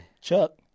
Chuck